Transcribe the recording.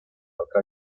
otra